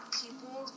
people